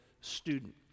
student